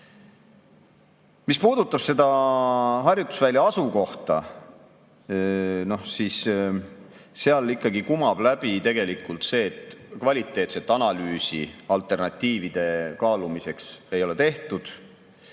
puudutab harjutusvälja asukohta, siis seal kumab läbi tegelikult see, et kvaliteetset analüüsi alternatiivide kaalumiseks ei ole tehtud.